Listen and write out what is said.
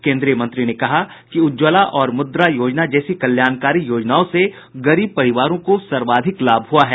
केन्द्रीय मंत्री ने कहा कि उज्ज्वला और मुद्रा योजना जैसी कल्याणकारी योजनाओं से गरीब परिवारों को सर्वाधिक लाभ मिला है